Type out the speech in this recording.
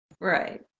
Right